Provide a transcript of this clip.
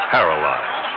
Paralyzed